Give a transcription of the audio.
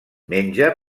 menja